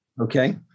Okay